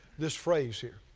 this phrase here.